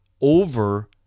over